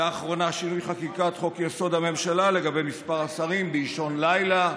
לאחרונה שינוי חוק-יסוד: הממשלה לגבי מספר השרים באישון לילה,